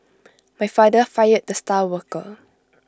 my father fired the star worker